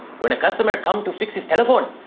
when a customer comes to fix his telephone,